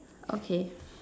okay